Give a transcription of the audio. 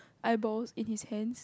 eyeballs in his hand